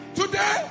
today